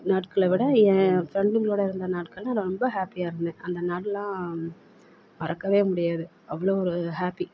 நாட்களை விட என் ஃப்ரெண்டுங்களோடு இருந்த நாட்கள் தான் ரொம்ப ஹேப்பியாக இருந்தேன் அந்த நாளெலாம் மறக்கவே முடியாது அவ்வளோ ஒரு ஹேப்பி